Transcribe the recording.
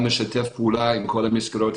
גם לשתף פעולה עם כל המסגרות.